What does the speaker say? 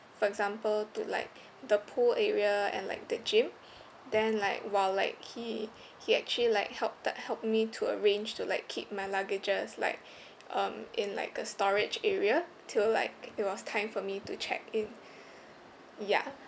for example to like the pool area and like the gym then like while like he he actually like help that helped me to arrange to like keep my luggages like um in like a storage area till like it was time for me to check in ya